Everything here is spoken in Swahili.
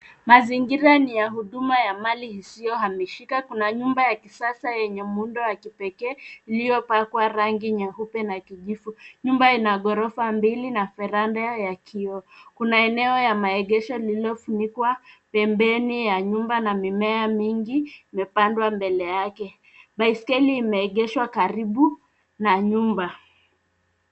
Mazingira ni ya huduma ya mali isiyohamishika. Kuna nyumba ya kisasa yenye muundo wa kipekee iliyopakwa rangi nyeupe na kijivu. Nyumba ina ghorofa mbili na verandah ya kioo. Kuna eneo ya maegesho lililofunikwa pembeni ya nyumba na mimea mingi imepandwa mbele yake. Baiskeli imeegeshwa karibu na nyumba.